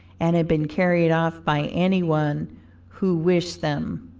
and had been carried off by any one who wished them.